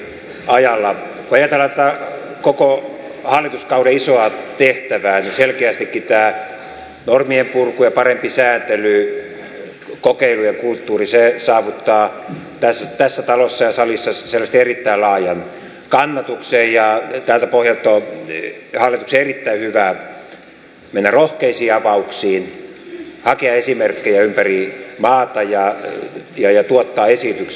kun ajatellaan tätä koko hallituskauden isoa tehtävää niin selkeästikin tämä normien purku ja parempi sääntely kokeilujen kulttuuri saavuttaa tässä talossa ja salissa selvästi erittäin laajan kannatuksen ja tältä pohjalta on hallituksen erittäin hyvä mennä rohkeisiin avauksiin hakea esimerkkejä ympäri maata ja tuottaa esityksiä